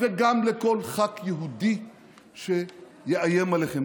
וגם לכל ח"כ יהודי שאיים עליכם.